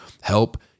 help